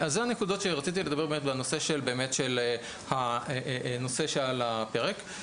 אלה הנקודות שרציתי לדבר עליהן בנושא שעל הפרק.